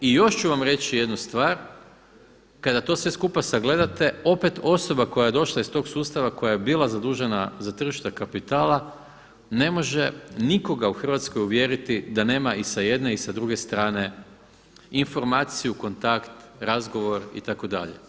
I još ću vam reći jednu stvar, kada to sve skupa sagledate opet osoba koja je došla iz tog sustava koja je bila zadužena za tržište kapitala ne može nikoga u Hrvatskoj uvjeriti da nema i sa jedne i sa druge strane informaciju, kontakt, razgovor itd.